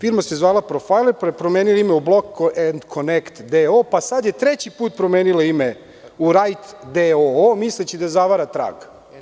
Firma zvala „Profajler“, pa je promenila ime u „Block and connect“ d.o, pa je sada treći put promenila ime u „Reit“ d.o.o, misleći da zavara trag.